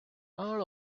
all